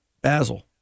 Basil